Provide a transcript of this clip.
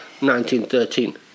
1913